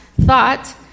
thought